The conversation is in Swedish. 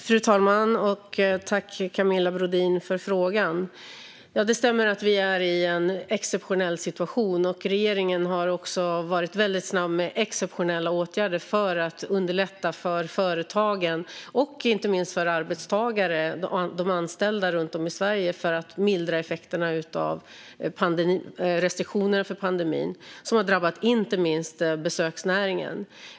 Fru talman! Tack, Camilla Brodin, för frågan! Det stämmer att vi är i en exceptionell situation, och regeringen har också varit snabb med exceptionella åtgärder för att underlätta för företagen och inte minst för de anställda runt om i Sverige för att mildra effekterna av restriktionerna med anledning av pandemin, som inte minst har drabbat besöksnäringen.